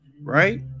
right